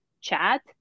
chat